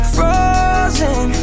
Frozen